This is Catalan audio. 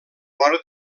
vora